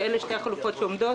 שאלו שתי החלופות שעומדות.